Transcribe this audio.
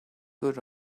good